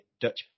Dutch